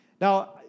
Now